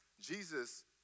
Jesus